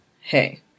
hey